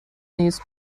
نیز